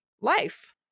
life